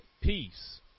peace